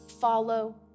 follow